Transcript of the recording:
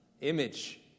Image